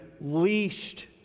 leashed